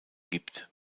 gibt